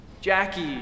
Jackie